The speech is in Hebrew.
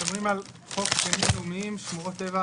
מדברים על חוק הגנים הלאומיים שמורות טבע,